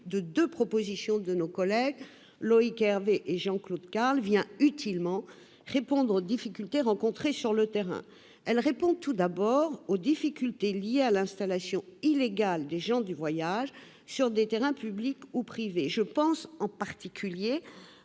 des propositions de loi déposées par Loïc Hervé et Jean-Claude Carle, vient utilement répondre aux difficultés rencontrées sur le terrain, en premier lieu à celles qui sont liées à l'installation illégale de gens du voyage sur des terrains publics ou privés. Je pense en particulier